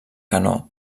canó